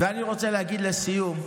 ואני רוצה להגיד לסיום,